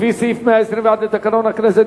לפי סעיף 121 לתקנון הכנסת,